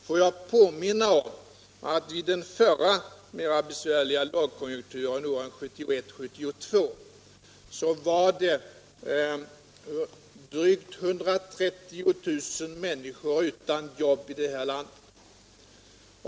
Får jag påminna om att i den förra mer besvärliga lågkonjunkturen 1971/72 var drygt 130 000 människor utan jobb i detta land.